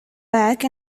back